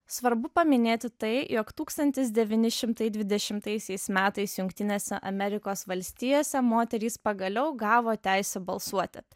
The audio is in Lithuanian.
svarbu paminėti tai jog tūkstantis devyni šimtai dvidešimtaisiais metais jungtinėse amerikos valstijose moterys pagaliau gavo teisę balsuoti